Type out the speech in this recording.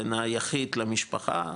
בין היחיד למשפחה,